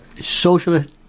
socialist